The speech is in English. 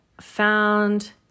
Found